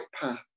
path